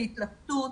בהתלבטות,